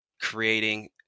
creating